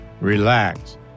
Relax